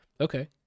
Okay